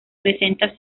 presenta